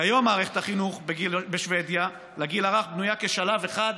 כיום מערכת החינוך לגיל הרך בשבדיה בנויה כשלב אחד,